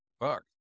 fuck